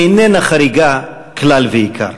איננה חריגה כלל ועיקר.